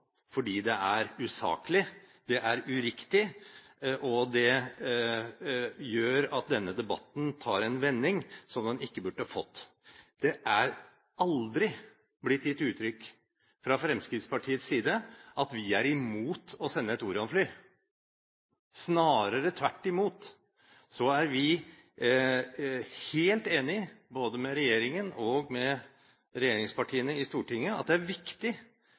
fordi det er usaklig, det er uriktig, og det gjør at denne debatten tar en vending som den ikke burde fått. Det har aldri blitt gitt uttrykk for fra Fremskrittspartiets side at vi er imot å sende et Orion-fly. Snarere tvert imot er vi helt enige med både regjeringen og regjeringspartiene i Stortinget i at det er viktig